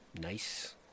nice